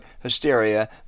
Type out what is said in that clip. hysteria